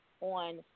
on